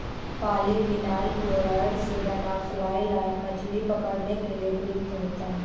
polyvinyl chloride से बना fly line मछली पकड़ने के लिए प्रयुक्त होता है